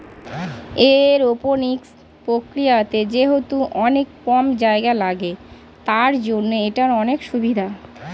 aeroponics প্রক্রিয়াতে যেহেতু অনেক কম জায়গা লাগে, তার জন্য এটার অনেক সুভিধা